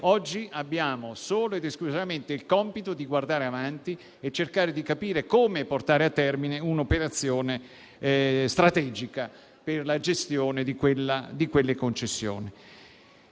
oggi. Abbiamo solo ed esclusivamente il compito di guardare avanti e cercare di capire come portare a termine un'operazione strategica per la gestione di quelle concessioni.